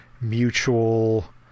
mutual